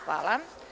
Hvala.